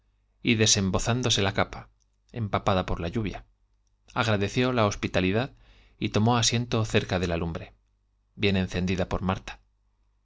y desembozándose la capa empapada por la lluvia agradeció la hospitalidad y tomó asiento cerca de la lumbre bien encendida por marta